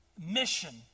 mission